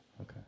Okay